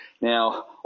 Now